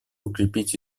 укрепить